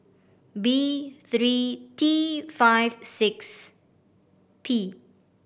B three T five six P